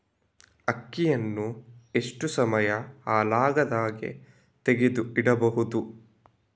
ಅಕ್ಕಿಯನ್ನು ಎಷ್ಟು ಸಮಯ ಹಾಳಾಗದಹಾಗೆ ತೆಗೆದು ಇಡಬಹುದು?